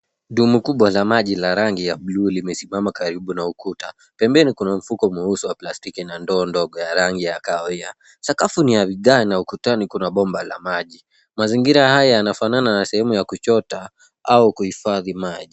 Dumu kubwa la maji la rangi ya buluu limesimama karibu na ukuta. Pembeni kuna mfuko mweusi wa plastiki na ndoo ndogo ya rangi ya kahawia. Sakafu ni ya vigae na ukutani kuna bomba la maji. Mazingira haya yanafanana na sehemu ya kuchota au kuhifadhi maji.